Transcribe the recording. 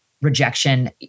rejection